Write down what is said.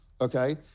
okay